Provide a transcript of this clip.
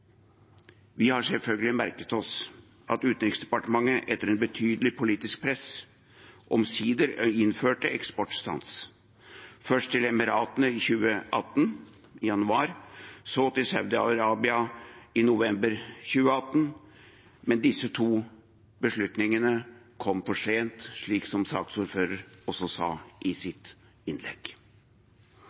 Vi har selvfølgelig merket oss at Utenriksdepartementet, etter et betydelig politisk press, omsider innførte eksportstans – først til Emiratene i januar 2018, så til Saudi-Arabia i november 2018. Men disse to beslutningene kom for sent, slik som saksordføreren også sa i sitt innlegg.